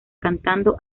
cantando